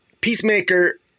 Peacemaker